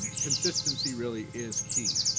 and consistency really is key.